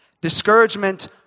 Discouragement